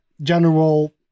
general